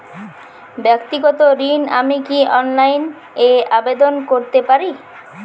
ব্যাক্তিগত ঋণ আমি কি অনলাইন এ আবেদন করতে পারি?